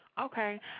Okay